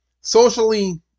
socially